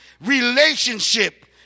relationship